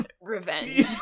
revenge